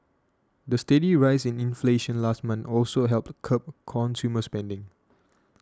the steady rise in inflation last month also helped curb consumer spending